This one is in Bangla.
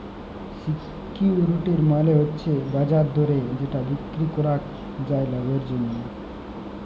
সিকিউরিটি মালে হচ্যে বাজার দরে যেটা বিক্রি করাক যায় লাভের জন্যহে